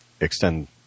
extend